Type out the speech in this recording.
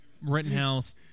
Rittenhouse